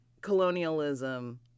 Colonialism